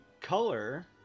color